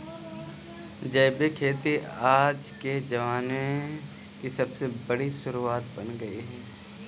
जैविक खेती आज के ज़माने की सबसे बड़ी जरुरत बन गयी है